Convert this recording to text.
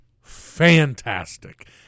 fantastic